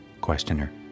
Questioner